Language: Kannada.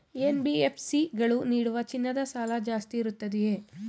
ಎನ್.ಬಿ.ಎಫ್.ಸಿ ಗಳು ನೀಡುವ ಚಿನ್ನದ ಸಾಲ ಜಾಸ್ತಿ ಇರುತ್ತದೆಯೇ?